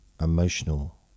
emotional